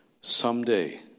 someday